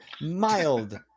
mild